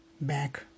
back